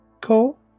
Cole